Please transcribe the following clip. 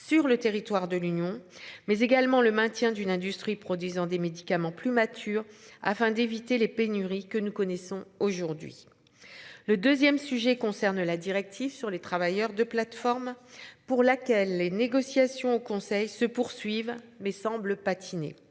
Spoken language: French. sur le territoire de l'Union mais également le maintien d'une industrie produisant des médicaments plus mature afin d'éviter les pénuries que nous connaissons aujourd'hui. Le 2ème sujet concerne la directive sur les travailleurs de plateforme pour laquelle les négociations au Conseil se poursuivent mais semblent patiner.